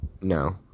No